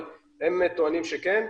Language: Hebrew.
אבל הם טוענים שכן.